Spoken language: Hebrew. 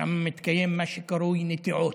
שם מתקיים מה שקרוי נטיעות.